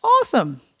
awesome